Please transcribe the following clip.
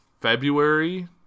February